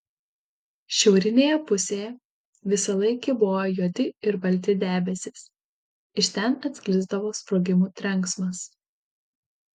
šiaurinėje pusėje visąlaik kybojo juodi ir balti debesys iš ten atsklisdavo sprogimų trenksmas